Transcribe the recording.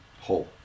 whole